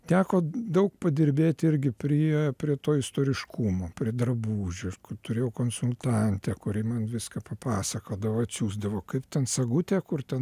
teko daug padirbėt irgi prie prie to istoriškumo prie drabužių aš kur turėjau konsultantę kuri man viską papasakodavo atsiųsdavo kaip ten sagutė kur ten